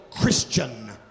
Christian